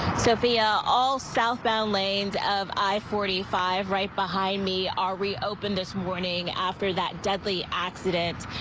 sophia all southbound lanes of i forty five right behind me are reopened this morning after that deadly accident.